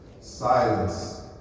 Silence